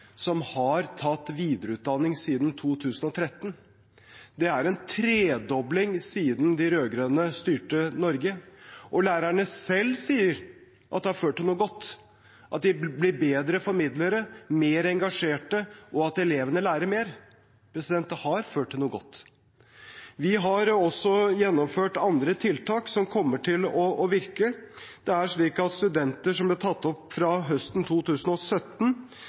som har tatt videreutdanning siden 2013. Det er en tredobling siden de rød-grønne styrte Norge. Lærerne selv sier at det har ført til noe godt, at de blir bedre formidlere, mer engasjerte, og at elevene lærer mer. Det har ført til noe godt. Vi har også gjennomført andre tiltak som kommer til å virke. Det er slik at studenter som ble tatt opp fra høsten 2017